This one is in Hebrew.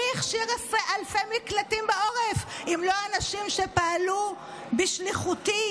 מי הכשיר אלפי מקלטים בעורף אם לא האנשים שפעלו בשליחותי?